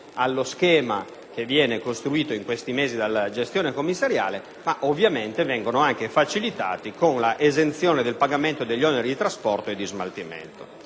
allo schema costruito in questi mesi dalla gestione commissariale, vengono anche facilitati con la esenzione dal pagamento degli oneri di trasporto e di smaltimento.